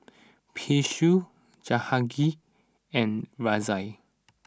Peyush Jahangir and Razia